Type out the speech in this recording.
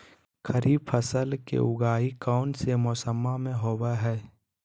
खरीफ फसलवा के उगाई कौन से मौसमा मे होवय है?